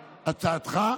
הצעתך,